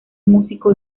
músico